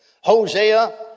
Hosea